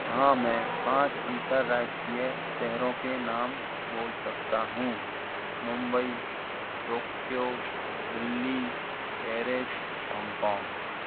हाँ मैं पाँच अन्तर्राष्ट्रीय शहरों के नाम बोल सकता हूँ Mumbai Tokyo Delhi Paris Hong Kong